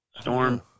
storm